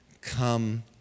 come